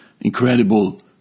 incredible